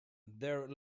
their